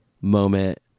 moment